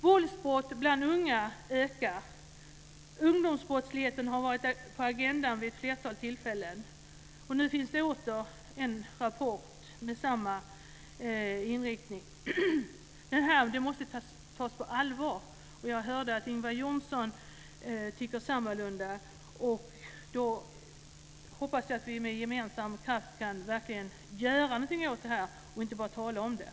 Våldsbrott bland unga ökar. Ungdomsbrottsligheten har varit på agendan vid ett flertal tillfällen. Nu finns det åter en rapport med samma inriktning. Detta måste tas på allvar. Jag hörde att Ingvar Johnsson tycker sammalunda. Jag hoppas att vi med gemensamma krafter verkligen kan göra någonting åt detta och inte bara tala om det.